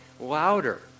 louder